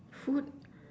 food